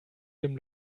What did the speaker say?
dem